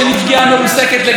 היא מרוסקת לגמרי,